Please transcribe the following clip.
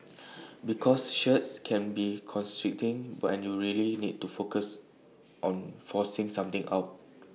because shirts can be constricting but and you really need to focus on forcing something out